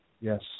Yes